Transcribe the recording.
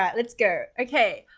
um let's go, okay.